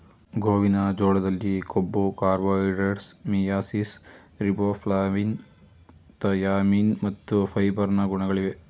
ಗೋವಿನ ಜೋಳದಲ್ಲಿ ಕೊಬ್ಬು, ಕಾರ್ಬೋಹೈಡ್ರೇಟ್ಸ್, ಮಿಯಾಸಿಸ್, ರಿಬೋಫ್ಲಾವಿನ್, ಥಯಾಮಿನ್ ಮತ್ತು ಫೈಬರ್ ನ ಗುಣಗಳಿವೆ